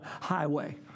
highway